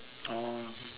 oh